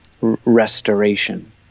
restoration